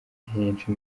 henshi